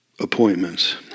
appointments